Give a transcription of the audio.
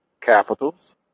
Capitals